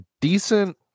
decent